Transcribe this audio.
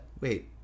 wait